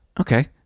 okay